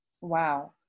Wow